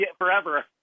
forever